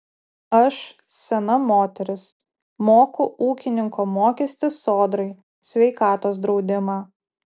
aš sena moteris moku ūkininko mokestį sodrai sveikatos draudimą